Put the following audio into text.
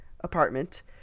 apartment